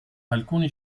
alcuni